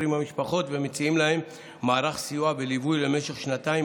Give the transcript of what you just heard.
עם המשפחות ומציעים להן מערך סיוע וליווי למשך שנתיים,